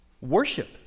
Worship